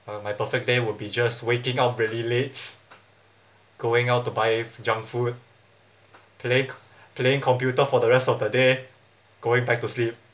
well my perfect day will be just waking up really late going out to buy junk food playing playing computer for the rest of the day going back to sleep